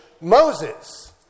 Moses